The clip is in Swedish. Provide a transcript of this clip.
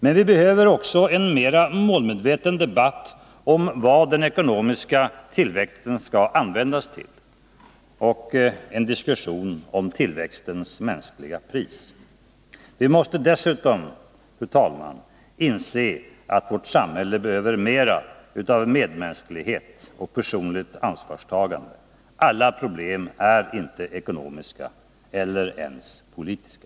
Men vi behöver också en mera målmedveten debatt om vad den ekonomiska tillväxten skall användas till och en diskussion om tillväxtens mänskliga pris. Vi måste dessutom, fru talman, inse att vårt samhälle behöver mera av medmänsklighet och personligt ansvarstagande. Alla problem är inte ekonomiska, eller ens politiska.